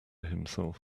himself